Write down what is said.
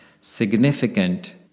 significant